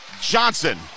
Johnson